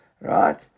Right